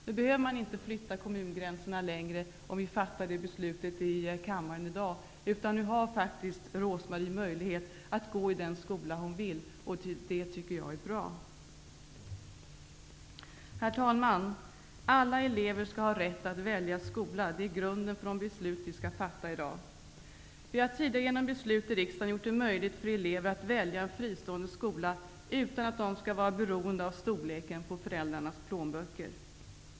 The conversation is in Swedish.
Nu behöver man inte flytta kommungränser längre, om vi fattar detta beslut i kammaren i dag. Nu har Ros Marie möjlighet att gå i den skola hon vill gå i. Det tycker jag är bra. Herr talman! Alla elever skall ha rätt att välja skola. Det är grunden för de beslut vi skall fatta i dag. Vi har tidigare genom beslut i riksdagen gjort det möjligt för elever att välja en fristående skola utan att de skall vara beroende av storleken på föräldrarnas plånböcker.